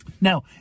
Now